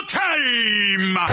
time